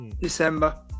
December